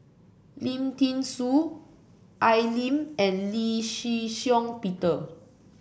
Lim Thean Soo Al Lim and Lee Shih Shiong Peter